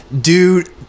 Dude